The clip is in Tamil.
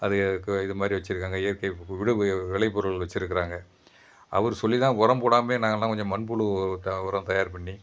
அது கு இது மாதிரி வச்சிருக்காங்க இயற்கை விடுவு விலை பொருள் வச்சிருக்கிறாங்க அவர் சொல்லி தான் உரம் போடாமையே நாங்கலாம் கொஞ்சம் மண்புழு உரம் தயார் பண்ணி